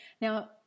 Now